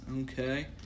Okay